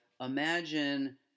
imagine